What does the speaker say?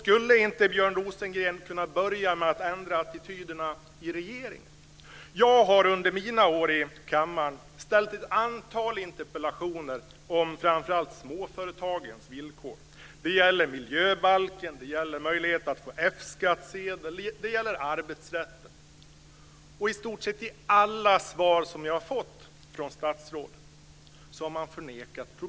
Skulle inte Björn Rosengren kunna börja med att ändra attityderna i regeringen? Jag har under mina år i kammaren ställt ett antal interpellationer om framför allt småföretagens villkor. Det har gällt miljöbalken, möjligheterna att få F skattsedel och arbetsrätten. I stort sett alla de svar som jag har fått från statsrådet har problemen förnekats.